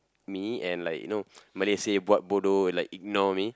me and like you know Malay say buat bodoh like ignore me